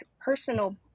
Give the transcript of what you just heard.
personal